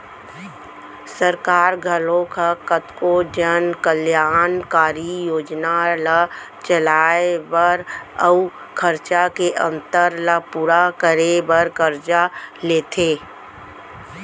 सरकार घलोक ह कतको जन कल्यानकारी योजना ल चलाए बर अउ खरचा के अंतर ल पूरा करे बर करजा लेथे